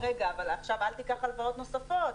ואומרים לו שעכשיו לא ייקח הלוואות נוספות.